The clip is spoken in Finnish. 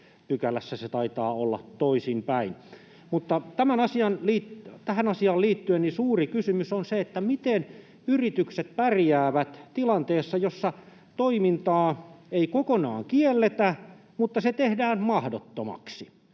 pykälässä se taitaa olla toisinpäin. Mutta tähän asiaan liittyen suuri kysymys on se, miten yritykset pärjäävät tilanteessa, jossa toimintaa ei kokonaan kielletä mutta se tehdään mahdottomaksi.